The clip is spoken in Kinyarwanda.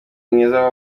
mwiza